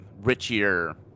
richier